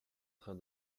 train